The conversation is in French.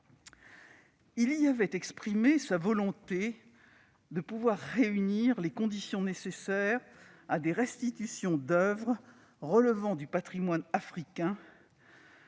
il y avait exprimé sa volonté de réunir les conditions nécessaires à des restitutions d'oeuvres relevant du patrimoine africain,